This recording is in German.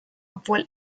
obwohl